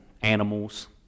animals